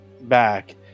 back